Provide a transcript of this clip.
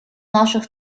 наших